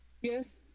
Yes